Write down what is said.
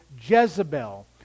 Jezebel